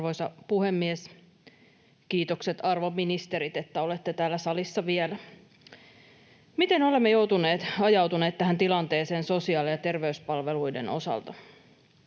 Arvoisa puhemies! Kiitokset, arvon ministerit, että olette täällä salissa vielä. Miten olemme joutuneet, ajautuneet tähän tilanteeseen sosiaali‑ ja terveyspalveluiden osalta?